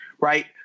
right